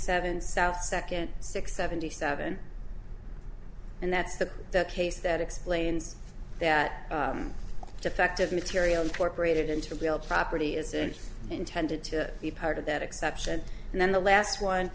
seven south second six seventy seven and that's the case that explains that defective material incorporated into real property isn't intended to be part of that exception and then the last one